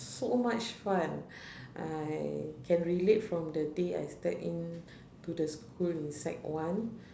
so much fun I can relate from the day I step in to the school in sec one